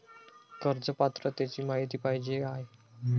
कर्ज पात्रतेची माहिती पाहिजे आहे?